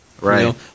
right